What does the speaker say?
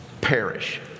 perish